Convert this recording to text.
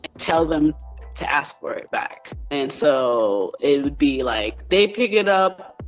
tell them to ask for it back. and so, it would be like they pick it up,